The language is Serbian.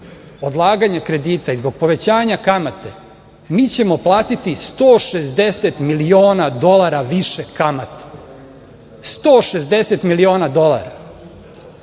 odlaganja kredita i zbog povećanja kamate mi ćemo platiti 160 miliona dolara više kamate. 160 miliona dolara. Toliko